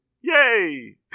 Yay